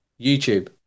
YouTube